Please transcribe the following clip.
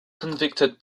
convicted